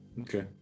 okay